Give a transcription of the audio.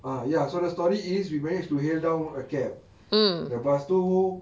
ah ya so the story is we managed to hail down a cab lepas tu